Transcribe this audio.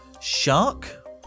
shark